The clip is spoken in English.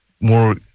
more